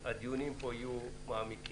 לכן אמרתי, הדיונים פה יהיו מעמיקים,